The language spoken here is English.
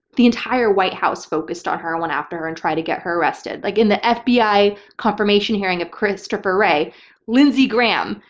the entire white house focused on her, went after her and tried to get her arrested. like in the ah fbi confirmation hearing of christopher wray lindsey graham,